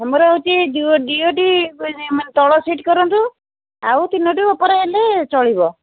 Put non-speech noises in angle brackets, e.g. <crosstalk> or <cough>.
ଆମର ହେଉଛି ଡି ଓ ଡ଼ି <unintelligible> ମାନେ ତଳ ସିଟ୍ କରନ୍ତୁ ଆଉ ତିନୋଟି ଉପରେ ହେଲେ ଚଳିବ